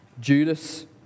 Judas